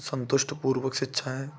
संतुष्टपूर्वक शिक्षा है